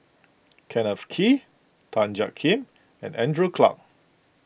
Kenneth Kee Tan Jiak Kim and Andrew Clarke